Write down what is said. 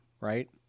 right